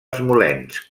smolensk